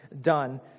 done